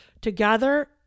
together